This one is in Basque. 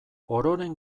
ororen